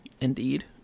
Indeed